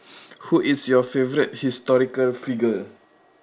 who is your favourite historical figure